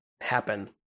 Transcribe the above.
happen